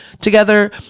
together